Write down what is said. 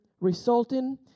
resulting